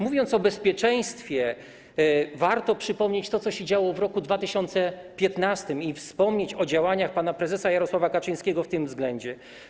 Mówiąc o bezpieczeństwie, warto przypomnieć to, co się działo w roku 2015 i wspomnieć o działaniach pana prezesa Jarosława Kaczyńskiego w tym czasie.